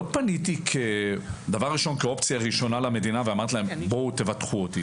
לא פניתי דבר ראשון למדינה כאופציה ראשונה ואמרתי לה: בואי תבטחי אותי.